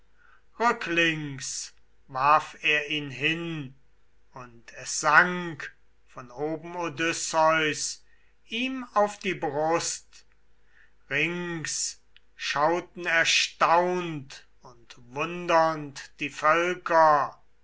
rücklings warf er ihn hin und es sank von oben odysseus ihm auf die brust rings schauten erstaunt und wundernd die völker